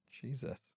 Jesus